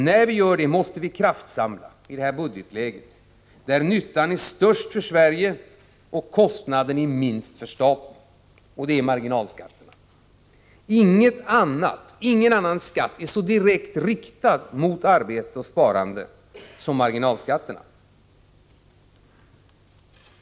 När vi gör det måste vi i detta budgetläge kraftsamla där nyttan är störst för Sverige och kostnaden är minst för staten. Det gäller alltså marginalskatterna. Ingen annan skatt är så direkt riktad mot arbete och sparande som marginalskatterna.